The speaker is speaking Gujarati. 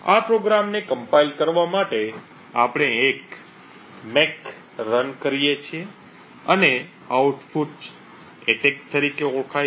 આ પ્રોગ્રામને કમ્પાઇલ કરવા માટે આપણે એક ' make' run કરીએ છીએ અને આઉટપુટ એટેક તરીકે ઓળખાય છે